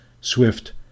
swift